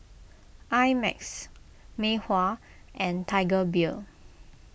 I Max Mei Hua and Tiger Beer